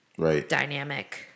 dynamic